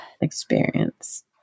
experience